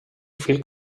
fil